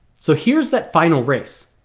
so here's that final race.